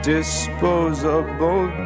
Disposable